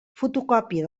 fotocòpia